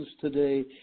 today